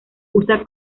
usa